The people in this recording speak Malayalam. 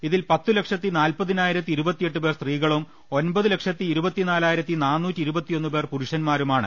ഇതിൽ പത്തു ലക്ഷത്തി നാൽപതിനായിരത്തി ഇരുപത്തിയെട്ട് പേർ സ്ത്രീകളും ഒമ്പത് ലക്ഷത്തി ഇരുപത്തി നാലായിരത്തി നാനൂറ്റി ഇരു പത്തിയെന്ന് പേർ പുരു ഷ ന്മാരു മാണ്